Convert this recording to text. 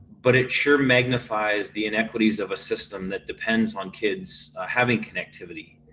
but it sure magnifies the inequities of a system that depends on kids having connectivity.